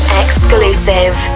exclusive